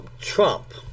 Trump